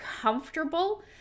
comfortable